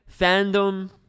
fandom